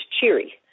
cheery